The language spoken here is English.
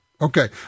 Okay